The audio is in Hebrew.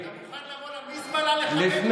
אתה מוכן לבוא למזבלה לכבד,